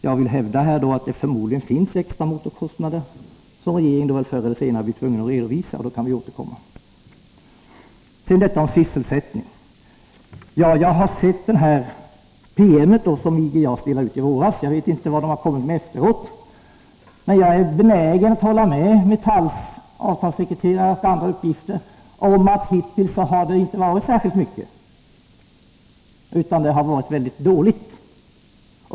Jag vill hävda att det förmodligen finns extra motorkostnader, som regeringen förr eller senare blir tvungen att redovisa. Sedan till frågan om sysselsättningen. Jag har sett denna promemoria som IG JAS gav ut i våras. Jag vet inte vad man kommit med senare. Men jag är benägen att hålla med Metalls avtalssekreterare om att det hittills inte varit särskilt mycket. Det har tvärtom varit väldigt dåligt.